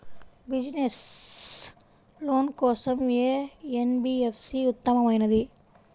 Business loan కోసం ఏ NBFC ఉత్తమమైనది?